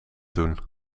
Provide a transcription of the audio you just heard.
doen